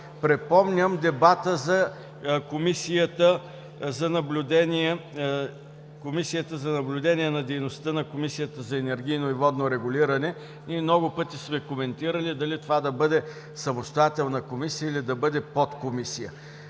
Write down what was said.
Припомням дебата за Комисията за наблюдение на дейността на Комисията за енергийно и водно регулиране. Много пъти сме коментирали дали това да бъде самостоятелна комисия, или да бъде подкомисия.